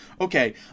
Okay